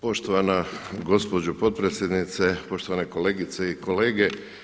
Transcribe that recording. Poštovana gospođo potpredsjednice, poštovane kolegice i kolege.